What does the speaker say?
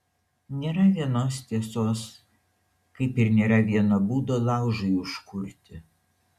nėra vienos tiesos kaip ir nėra vieno būdo laužui užkurti